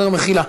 מחילה.